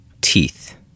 teeth